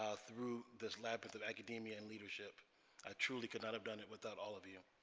ah through this lapith of academia and leadership i truly could not have done it without all of you